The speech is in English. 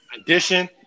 addition